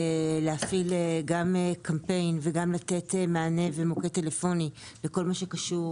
להפעיל גם קמפיין וגם לתת מענה ומוקד טלפוני לכל מה שקשור